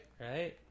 Right